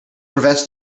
prevents